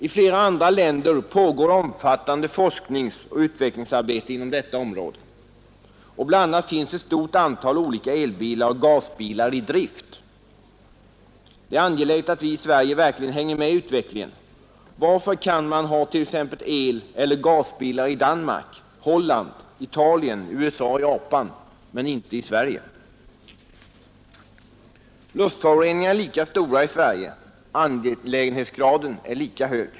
I flera andra länder pågår omfattande forskningsoch utvecklingsarbete inom detta område. BI. a. finns ett stort antal elbilar och gasbilar i drift. Det är angeläget att vi i Sverige verkligen hänger med i utvecklingen. Varför kan man ha eleller gasbilar i Danmark, Holland, Italien, USA och Japan, men inte i Sverige? Luftföroreningarna är lika stora i Sverige, angelägenhetsgraden lika hög.